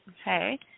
Okay